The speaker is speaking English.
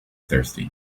thirsty